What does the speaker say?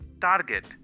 target